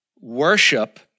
worship